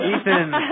Ethan